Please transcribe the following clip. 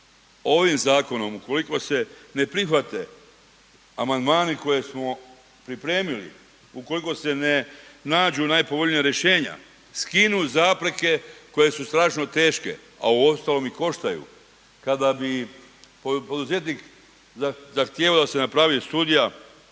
Ovim zakonom ukoliko se ne prihvate amandmani koje smo pripremili, ukoliko se ne nađu najpovoljnija rješenja, skinu zapreke koje su strašno teške a uostalom i koštaju. Kada bi poduzetnik zahtijevao da se napravi studija